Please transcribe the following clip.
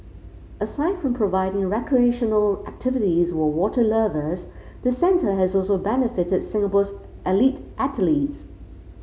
aside from providing recreational activities for water lovers the centre has also benefited Singapore's elite athlete